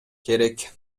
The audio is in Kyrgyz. керек